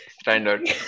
Standard